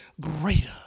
greater